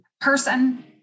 Person